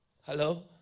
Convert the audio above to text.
Hello